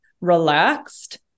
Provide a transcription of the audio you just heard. relaxed